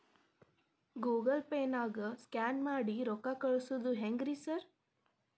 Google ಪೇನಾಗ scan ಮಾಡಿ ರೊಕ್ಕಾ ಕಳ್ಸೊದು ಹೆಂಗ್ರಿ ಸಾರ್?